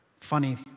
funny